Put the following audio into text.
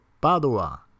Padua